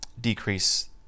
decrease